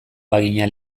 bagina